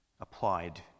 applied